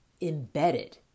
embedded